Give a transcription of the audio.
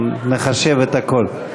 אנחנו נחשב הכול.